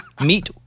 meet